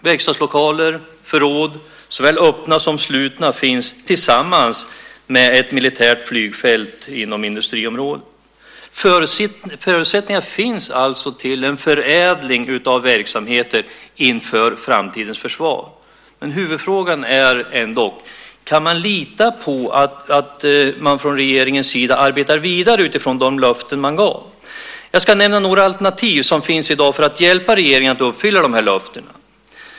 Verkstadslokaler, förråd, såväl öppna som slutna, finns tillsammans med ett militärt flygfält inom industriområdet. Förutsättningarna finns alltså för en förädling av verksamheter inför framtidens försvar. Men huvudfrågan är ändock: Kan man lita på att man från regeringens sida arbetar vidare utifrån de löften man gav? Jag ska nämna några alternativ som finns i dag för att hjälpa regeringen att uppfylla löftena.